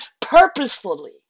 purposefully